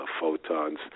photons